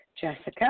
Jessica